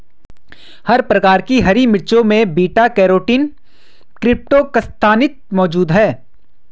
हर प्रकार की हरी मिर्चों में बीटा कैरोटीन क्रीप्टोक्सान्थिन मौजूद हैं